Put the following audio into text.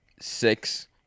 six